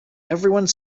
everyone